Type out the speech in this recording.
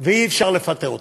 ואי-אפשר לפטר אותו.